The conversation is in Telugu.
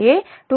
2 సెకన్లు